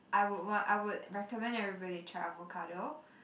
I would wa~ I would recommend everybody to try avocado